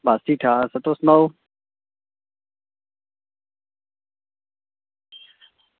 बस ठीक ठाक तुस सनाओ